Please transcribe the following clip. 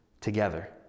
together